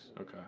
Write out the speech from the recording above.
Okay